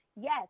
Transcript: yes